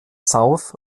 south